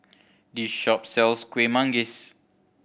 this shop sells Kueh Manggis